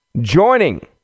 Joining